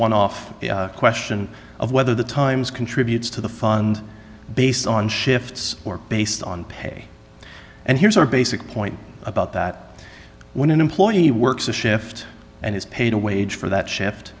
one off question of whether the times contributes to the fund based on shifts or based on pay and here's our basic point about that when an employee works a shift and is paid a wage for that shift